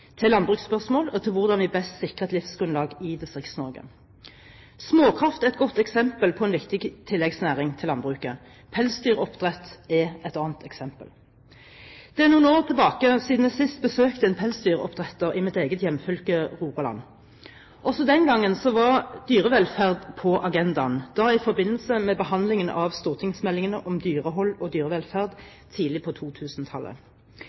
til landbruksspørsmål og til hvordan vi best sikrer et livsgrunnlag i Distrikts-Norge. Småkraft er et godt eksempel på en viktig tilleggsnæring i landbruket, pelsdyroppdrett er et annet eksempel. Det er noen år siden jeg sist besøkte en pelsdyroppdretter i mitt eget hjemfylke, Rogaland. Også den gangen var dyrevelferd på agendaen, da i forbindelse med behandlingen av stortingsmeldingen om dyrehold og dyrevelferd tidlig på